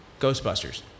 Ghostbusters